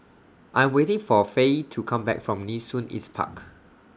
I Am waiting For Fae to Come Back from Nee Soon East Park